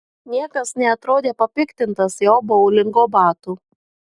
niekas neatrodė papiktintas jo boulingo batų